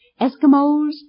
Eskimos